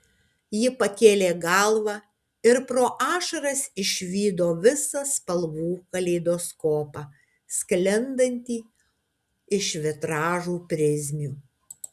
ji pakėlė galvą ir pro ašaras išvydo visą spalvų kaleidoskopą sklindantį iš vitražų prizmių